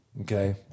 Okay